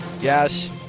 Yes